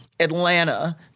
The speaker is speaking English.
Atlanta